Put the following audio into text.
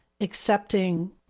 accepting